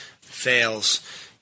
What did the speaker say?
fails